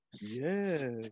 Yes